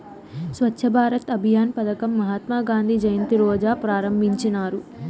స్వచ్ఛ భారత్ అభియాన్ పదకం మహాత్మా గాంధీ జయంతి రోజా ప్రారంభించినారు